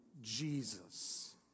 Jesus